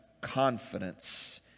Confidence